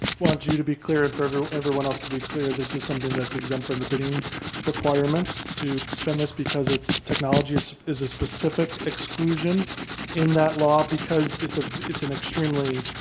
wants you to be cleared for everyone everyone else to be clear this is something that's exempt from the bidding requirements to spend this because its technology is is a specific exclusion in that law because it's ah an extremely